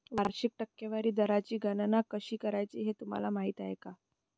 वार्षिक टक्केवारी दराची गणना कशी करायची हे तुम्हाला माहिती आहे का?